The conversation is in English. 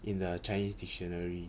in the chinese dictionary